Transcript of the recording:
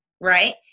right